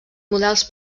models